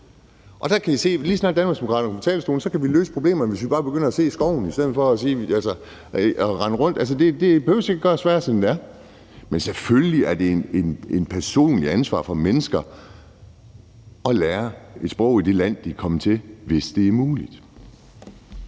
er på talerstolen, kan vi løse problemerne, hvis vi bare begynder at se skoven i stedet for at rende rundt. Det behøver ikke at være sværere, end vi gør det til. Men selvfølgelig er det et personligt ansvar for mennesker at lære sproget i det land, de er kommet til, hvis det er muligt.